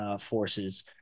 forces